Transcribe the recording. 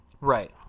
Right